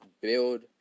build